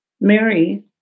Mary